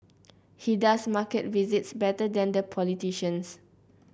he does market visits better than the politicians